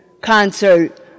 concert